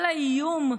כל האיום,